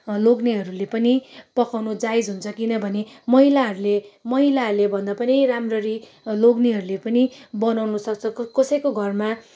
अँ लोग्नेहरूले पनि पकाउनु जायज हुन्छ किनभने महिलाहरूले महिलाहरूले भन्दा पनि राम्ररी लोग्नेहरूले पनि बनाउनु सक्छ कसैको घरमा